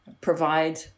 provide